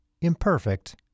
imperfect